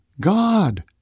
God